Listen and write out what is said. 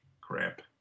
Crap